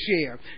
share